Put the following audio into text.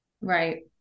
right